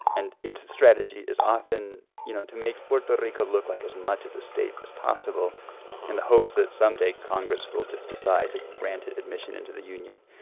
and its strategy is often, you know, to make puerto but rico look like as much as a state as possible in the hopes that someday congress will just decide to grant it admission into the union.